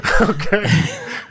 Okay